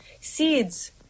Seeds